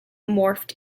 morphed